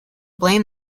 blame